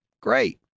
Great